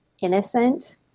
innocent